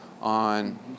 on